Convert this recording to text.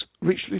richly